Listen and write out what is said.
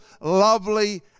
lovely